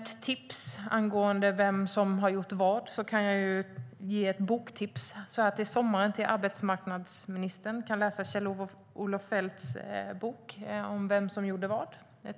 Angående vem som har gjort vad kan jag inför sommaren ge arbetsmarknadsministern ett litet sommarläsningstips, Kjell-Olof Feldts bok om vem som gjorde vad.